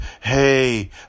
hey